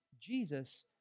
Jesus